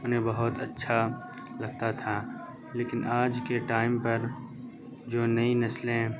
انہیں بہت اچھا لگتا تھا لیکن آج کے ٹائم پر جو نئی نسلیں